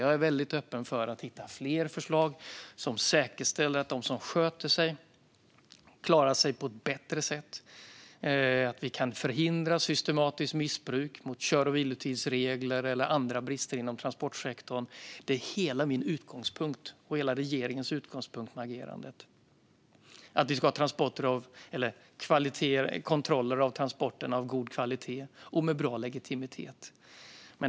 Jag är väldigt öppen för att hitta fler förslag som säkerställer att de som sköter sig klarar sig på ett bättre sätt och att vi kan förhindra systematiskt missbruk av kör och vilotidsregler eller andra brister inom transportsektorn. Min och hela regeringens utgångspunkt med agerandet är att vi ska ha kontroller av transporterna av god kvalitet och med bra legitimitet.